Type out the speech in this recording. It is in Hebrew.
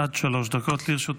בבקשה, עד שלוש דקות לרשותך.